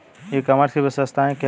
ई commerce की विशेषताएं क्या हैं?